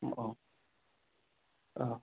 ꯎꯝ ꯑꯣ